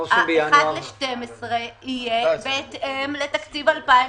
וה-1 חלקי 12 יהיה בהתאם לתקציב 2019,